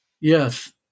Yes